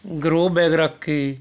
grow bag ਰੱਖ ਕੇ